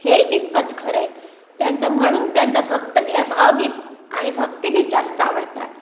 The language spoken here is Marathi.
हे तितकंच खरं आहे त्यांचं म्हणून त्यांचं भक्त भावगीत आणि भक्तिगीत जास्त आवडतात